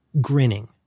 grinning